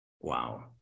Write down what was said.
wow